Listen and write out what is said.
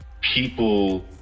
people